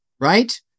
right